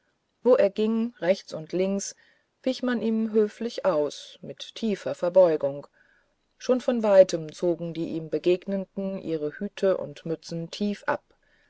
wo er ging rechts und links wich man ihm höflich aus mit tiefer verbeugung schon von weitem zogen die ihm begegnenden ihre hüte und mützen tief ab